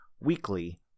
weekly